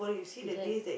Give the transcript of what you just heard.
prison